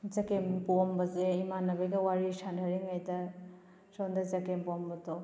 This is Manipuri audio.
ꯆꯒꯦꯝ ꯄꯣꯝꯕꯁꯦ ꯏꯃꯥꯟꯅꯕꯤꯒ ꯋꯔꯤ ꯁꯥꯟꯅꯔꯤꯉꯩꯗ ꯁꯣꯝꯗ ꯆꯒꯦꯝ ꯄꯣꯟꯕꯗꯣ